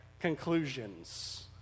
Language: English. conclusions